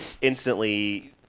instantly